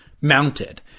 mounted